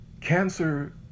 cancer